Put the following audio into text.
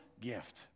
gift